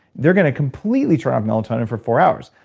they're going to completely turn off melatonin for four hours.